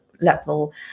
level